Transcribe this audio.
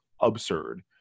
absurd